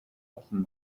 болно